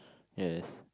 yes